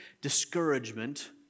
discouragement